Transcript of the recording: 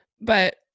But-